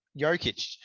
Jokic